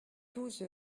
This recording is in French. douze